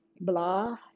blah